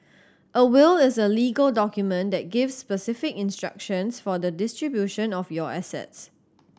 a will is a legal document that gives specific instructions for the distribution of your assets